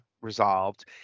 resolved